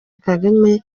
kagame